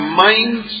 mind